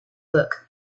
book